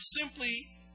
simply